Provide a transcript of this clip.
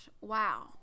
wow